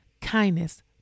kindness